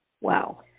Wow